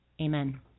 Amen